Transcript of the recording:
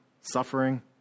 suffering